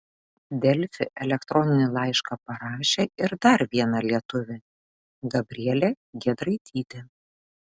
delfi elektroninį laišką parašė ir dar viena lietuvė gabrielė giedraitytė